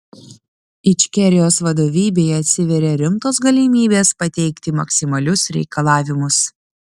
ičkerijos vadovybei atsiveria rimtos galimybės pateikti maksimalius reikalavimus